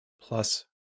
plus